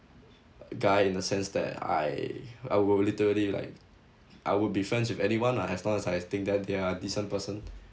guy in the sense that I I will literally like I will be friends with anyone lah as long as I think that they're decent person